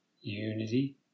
unity